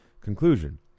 conclusion